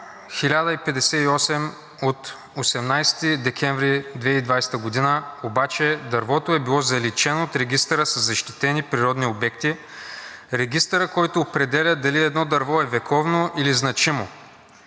1058 от 18 декември 2020 г. обаче дървото е било заличено от Регистъра със защитени природни обекти, Регистърът, който определя дали едно дърво е вековно или значимо.